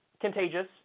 contagious